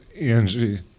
Angie